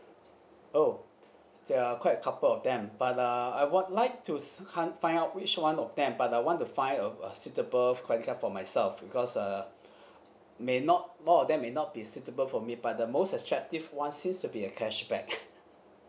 oh there are quite a couple of them but uh I would like to s~ hunt find out which one of them but I want to find a a suitable credit card for myself because uh may not not all them may not be suitable for me but the most attractive one seems to be a cashback